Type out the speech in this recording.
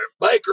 baker